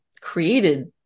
created